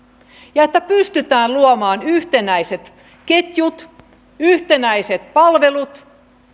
ja että pystytään luomaan yhtenäiset ketjut yhtenäiset palvelut